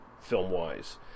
film-wise